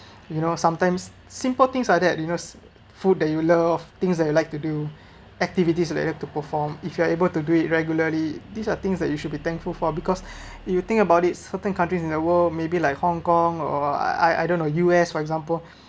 you know sometimes simple things like that you know food that you love things that you like to do activities you would like to perform if you are able to do it regularly these are things that you should be thankful for because you think about it certain countries in the world maybe like hong kong or I I don't know U_S for example